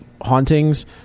hauntings